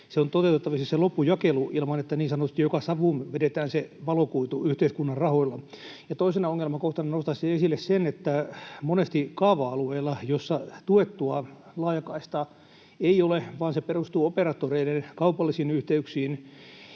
on toteutettavissa ilman, että niin sanotusti joka savuun vedetään se valokuitu yhteiskunnan rahoilla. Toisena ongelmakohtana nostaisin esille sen, että monesti kaava-alueilla, joissa tuettua laajakaistaa ei ole vaan se perustuu operaattoreiden kaupallisiin yhteyksiin,